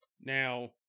Now